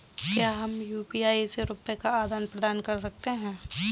क्या हम यू.पी.आई से रुपये का आदान प्रदान कर सकते हैं?